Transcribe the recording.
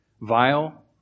vile